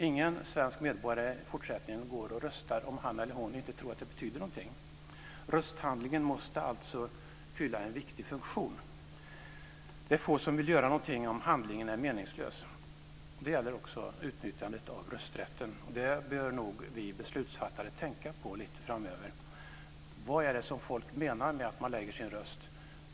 Ingen svensk medborgare går i fortsättningen och röstar om han eller hon inte tror att det betyder någonting. Rösthandlingen måste alltså fylla en viktig funktion. Det är få som vill göra någonting om handlingen är meningslös. Det gäller också utnyttjandet av rösträtten, och det bör nog vi beslutsfattare tänka på lite framöver: Vad är det folk menar med att man lägger sin röst?